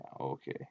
okay